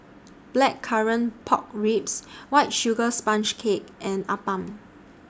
Blackcurrant Pork Ribs White Sugar Sponge Cake and Appam